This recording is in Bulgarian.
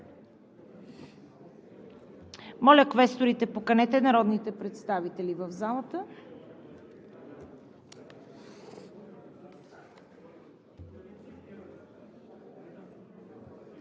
Моля, квесторите, поканете народните представители в залата.